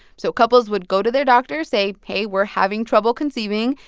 so couples would go to their doctor, say, hey, we're having trouble conceiving.